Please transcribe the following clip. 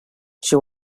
she